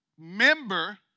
member